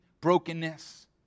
brokenness